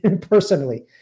personally